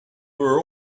were